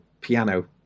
piano